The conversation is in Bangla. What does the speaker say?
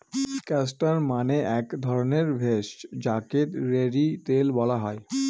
ক্যাস্টর মানে এক ধরণের ভেষজ যাকে রেড়ি তেল বলা হয়